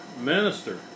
minister